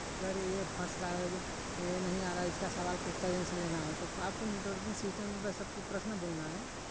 कि अरे ये फँस रहा है ये नहीं आ रहा है इसका सवाल का उत्तर इनसे लेना है तब आपको नेटवर्किंग सिस्टम में बस आपको प्रश्न बोलना है